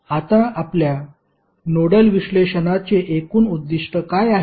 आता आपल्या नोडल विश्लेषणाचे एकूण उद्दीष्ट काय आहे